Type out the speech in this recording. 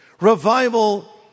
Revival